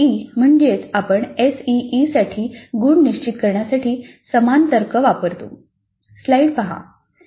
CIE प्रमाणेच आपण SEE साठीदेखील गुण निश्चित करण्यासाठी समान तर्क वापरतो